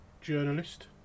Journalist